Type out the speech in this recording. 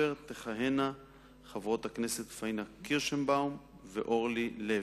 תכהנה חברות הכנסת פניה קירשנבאום ואורלי לוי.